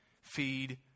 Feed